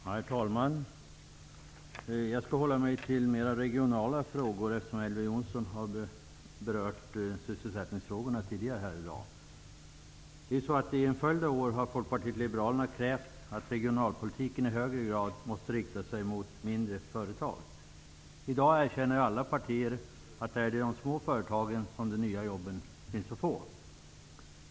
Herr talman! Jag skall hålla mig till mera regionala frågor, eftersom Elver Jonsson tidigare här i dag har belyst sysselsättningsfrågorna. Under en följd av år har Folkpartiet liberalerna krävt att regionalpolitiken i högre grad måste rikta sig mot mindre företag. I dag erkänner alla partier att det är i de små företagen som de nya jobben finns att få.